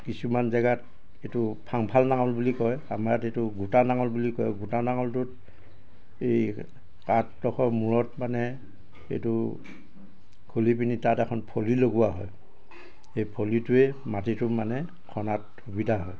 কিছুমান জেগাত এইটো ফাংফাল নাঙল বুলি কয় আমাৰ ইয়াত এইটো গোটা নাঙল বুলি কয় গোটা নাঙলটোত এই কাঠডোখৰৰ মূৰত মানে এইটো খুলি পেনি তাত এখন ফলি লগোৱা হয় সেই ফলিটোৱেই মাটিটো মানে খনাত সুবিধা হয়